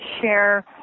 share